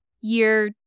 year